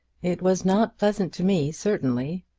it was not pleasant to me, certainly.